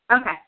Okay